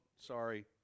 Sorry